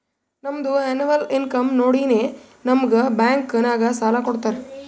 ನಮ್ದು ಎನ್ನವಲ್ ಇನ್ಕಮ್ ನೋಡಿನೇ ನಮುಗ್ ಬ್ಯಾಂಕ್ ನಾಗ್ ಸಾಲ ಕೊಡ್ತಾರ